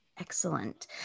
Excellent